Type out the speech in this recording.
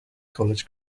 college